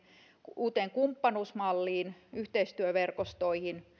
uuteen kumppanuusmalliin yhteistyöverkostoihin